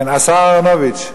השר אהרונוביץ,